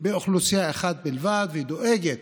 באוכלוסייה אחת בלבד ודואגת,